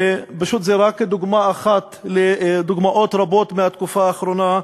ופשוט זו רק דוגמה אחת מהתקופה האחרונה.